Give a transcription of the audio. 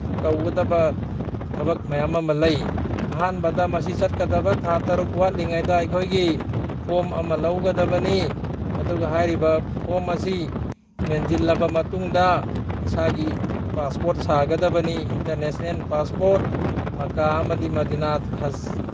ꯇꯧꯒꯗꯕ ꯊꯕꯛ ꯃꯌꯥꯝ ꯑꯃ ꯂꯩ ꯑꯍꯥꯟꯕꯗ ꯃꯁꯤ ꯆꯠꯀꯗꯕ ꯊꯥ ꯇꯔꯨꯛ ꯋꯥꯠꯂꯤꯉꯩꯗ ꯑꯩꯈꯣꯏꯒꯤ ꯐꯣꯝ ꯑꯃ ꯂꯧꯒꯗꯕꯅꯤ ꯑꯗꯨꯒ ꯍꯥꯏꯔꯤꯕ ꯐꯣꯝ ꯑꯁꯤ ꯃꯦꯟꯁꯤꯜꯂꯕ ꯃꯇꯨꯡꯗ ꯏꯁꯥꯒꯤ ꯄꯥꯁꯄꯣꯔꯠ ꯁꯥꯒꯗꯕꯅꯤ ꯏꯟꯇꯔꯅꯦꯁꯅꯦꯜ ꯄꯥꯁꯄꯣꯔꯠ ꯃꯀꯥ ꯑꯃꯗꯤ ꯃꯗꯤꯅꯥ ꯍꯁ